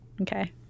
okay